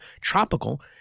tropical